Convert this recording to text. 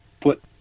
put